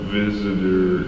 visitor